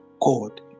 God